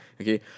Okay